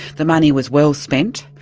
the money was well spent.